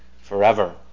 forever